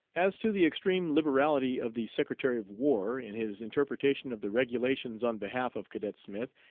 as to the extreme liberality of the secretary of war, in his interpretation of the regulations on behalf of cadet smith,